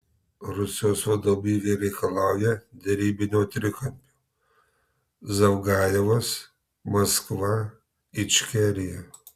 rusijos vadovybė reikalauja derybinio trikampio zavgajevas maskva ičkerija